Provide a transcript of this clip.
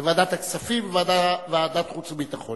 זה ועדת הכספים וועדת החוץ והביטחון.